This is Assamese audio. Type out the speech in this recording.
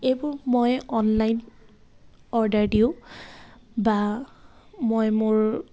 এইবোৰ মই অনলাইন অৰ্ডাৰ দিওঁ বা মই মোৰ